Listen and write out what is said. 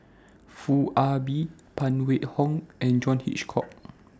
Foo Ah Bee Phan Wait Hong and John Hitchcock